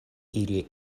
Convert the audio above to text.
iri